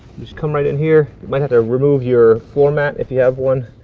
just come right in here. you might have to remove your floor mat if you have one.